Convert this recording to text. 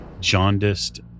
jaundiced